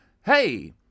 hey